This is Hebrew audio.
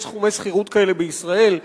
יש סכומי שכירות כאלה בישראל?